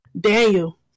Daniel